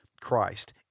Christ